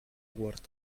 word